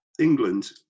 England